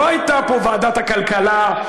לא הייתה פה ועדת הכלכלה,